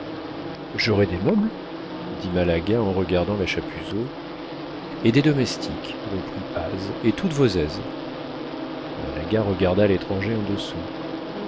j'aurai des meubles dit malaga en regardant la chapuzot et des domestiques reprit paz et toutes vos aises malaga regarda l'étranger en